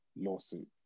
lawsuit